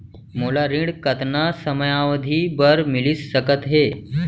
मोला ऋण कतना समयावधि भर मिलिस सकत हे?